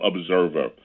observer